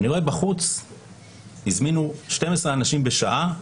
אני רואה שבחוץ הזמינו 12 אנשים בשעה,